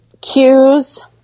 cues